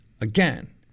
again